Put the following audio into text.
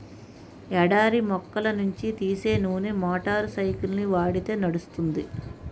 ఎడారి మొక్కల నుంచి తీసే నూనె మోటార్ సైకిల్కి వాడితే నడుస్తుంది